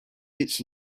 its